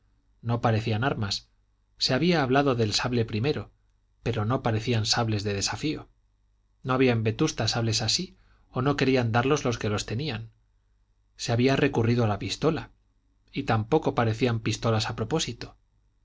no parecían armas se había hablado del sable primero pero no parecían sables de desafío no había en vetusta sables así o no querían darlos los que los tenían se había recurrido a la pistola y tampoco parecían pistolas a propósito